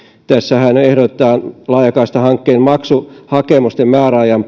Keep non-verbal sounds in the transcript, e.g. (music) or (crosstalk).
tässähän ehdotetaan laajakaistahankkeen maksuhakemuksen määräajan (unintelligible)